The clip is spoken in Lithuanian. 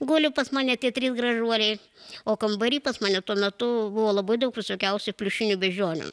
guli pas mane tie trys gražuoliai o kambary pas mane tuo metu buvo labai daug visokiausių pliušinių beždžionių